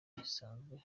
bisanzwe